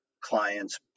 clients